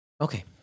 Okay